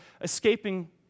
escaping